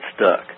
stuck